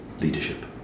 leadership